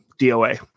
DOA